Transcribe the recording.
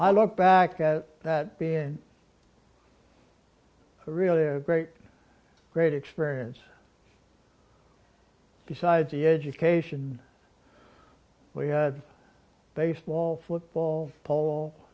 i look back at that been a really great great experience besides the education we had baseball football pol